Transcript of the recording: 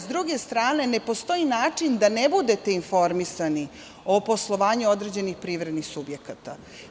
Sa druge strane, ne postoji način da ne budete informisani o poslovanju određenih privrednih subjekata.